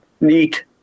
neat